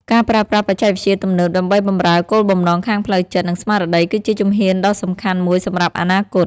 ការប្រើប្រាស់បច្ចេកវិទ្យាទំនើបដើម្បីបម្រើគោលបំណងខាងផ្លូវចិត្ត និងស្មារតី គឺជាជំហានដ៏សំខាន់មួយសម្រាប់អនាគត។